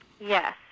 Yes